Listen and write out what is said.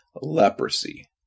leprosy